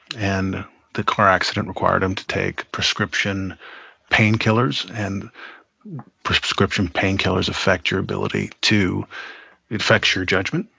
and the car accident required him to take prescription painkillers. and prescription painkillers affect your ability to it affects your judgment.